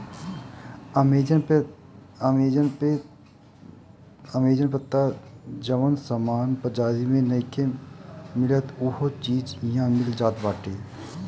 Amazon पे तअ जवन सामान बाजारी में नइखे मिलत उहो चीज इहा मिल जात बाटे